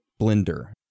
blender